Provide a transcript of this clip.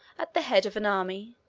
at the head of an army,